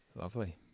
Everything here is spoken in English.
Lovely